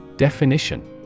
Definition